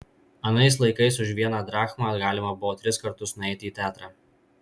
anais laikais už vieną drachmą galima buvo tris kartus nueiti į teatrą